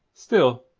still,